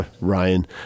Ryan